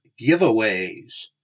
giveaways